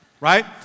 Right